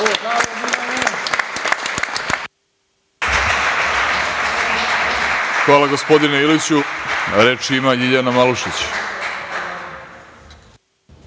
Hvala, gospodine Iliću. Reč ima Ljiljana Malušić.